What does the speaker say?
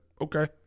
okay